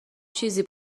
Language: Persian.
چیزی